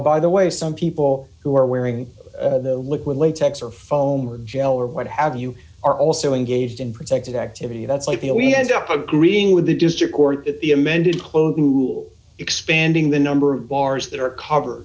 by the way some people who are wearing liquid latex or foam or gel or what have you are also engaged in protected activity that's like you know we end up agreeing with the district court that the amended clothing expanding the number of bars that are cover